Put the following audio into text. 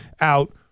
out